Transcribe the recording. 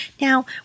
Now